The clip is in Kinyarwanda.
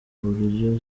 buryo